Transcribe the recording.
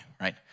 Right